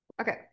Okay